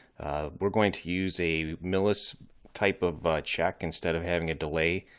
we're going to use a millis type of check instead of having a delay